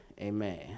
amen